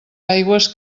aigües